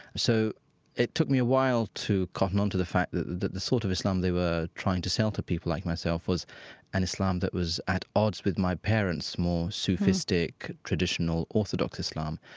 so it took me a while to cotton on to the fact that the the sort of islam they were trying to sell to people like myself was an islam that was at odds with my parents' more sufistic, traditional orthodox islam.